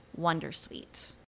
wondersuite